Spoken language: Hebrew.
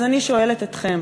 אז אני שואלת אתכם,